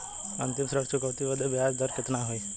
अंतिम ऋण चुकौती बदे ब्याज दर कितना होई?